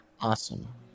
awesome